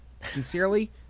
Sincerely